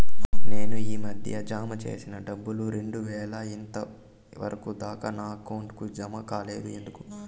నేను ఈ మధ్య జామ సేసిన డబ్బులు రెండు వేలు ఇంతవరకు దాకా నా అకౌంట్ కు జామ కాలేదు ఎందుకు?